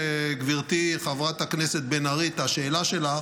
גברתי חברת הכנסת בן ארי, כשקיבלתי את השאלה שלך,